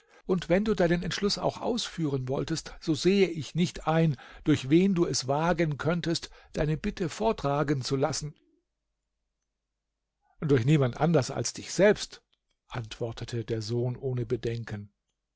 und wenn du deinen entschluß auch ausführen wolltest so sehe ich nicht ein durch wen du es wagen könntest deine bitte vortragen zu lassen durch niemand anders als dich selbst antwortete der sohn ohne bedenken